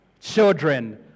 children